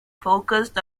focused